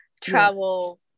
travel